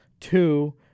two